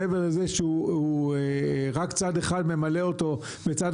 מעבר לזה שרק צד אחד ממלא אותו וצד